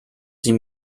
sie